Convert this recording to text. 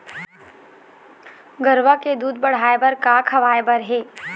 गरवा के दूध बढ़ाये बर का खवाए बर हे?